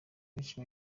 benshi